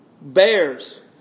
bears